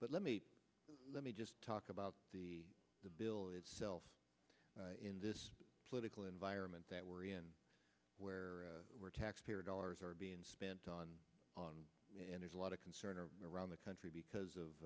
but let me let me just talk about the bill itself in this political environment that we're in where we're taxpayer dollars are being spent on on and there's a lot of concern around the country because of